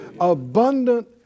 Abundant